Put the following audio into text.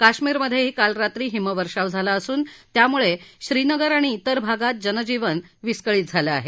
कश्मिरमधेही काल रात्री हिमवर्षाव झाला असून त्यामुळे श्रीनगर आणि विर भागात जनजीवन विस्कळीत झालं आहे